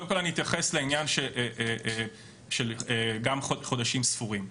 קודם כל אני אתייחס לעניין של חודשים ספורים.